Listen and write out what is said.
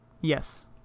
Yes